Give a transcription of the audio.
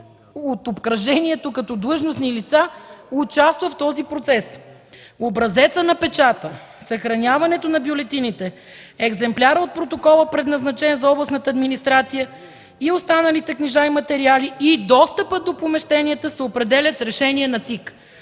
от обкръжението като длъжностни лица участва в този процес. Образецът на печата, съхраняването на бюлетините, екземпляр от протокола, предназначен за областната администрация, и останалите книжа и материали, и достъпът до помещенията се определят с решение на ЦИК”.